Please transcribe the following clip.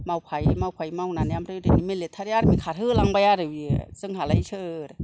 मावफायै मावफायै मावनानै आमफ्राय ओरैनो मेलेटारि आरमि खारहोहोलांबाय आरो बियो जोंहालाय सोर